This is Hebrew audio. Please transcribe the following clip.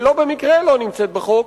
ולא במקרה לא נמצאת בחוק,